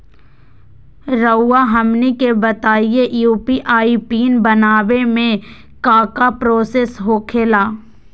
रहुआ हमनी के बताएं यू.पी.आई पिन बनाने में काका प्रोसेस हो खेला?